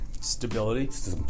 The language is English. stability